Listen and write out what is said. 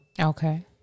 Okay